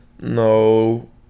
No